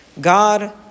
God